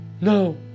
No